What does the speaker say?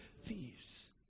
Thieves